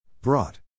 Brought